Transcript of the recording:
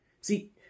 See